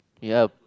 ya